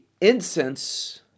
incense